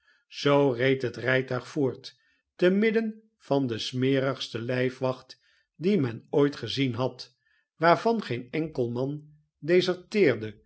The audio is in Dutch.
zoo reed het rijtuig voort te midden van de smerigste lijfwaeht die men ooit gezien had waarvan geen enkel man deserteerde